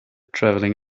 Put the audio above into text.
traveling